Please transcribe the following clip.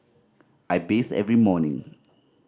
I bathe every morning